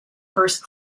first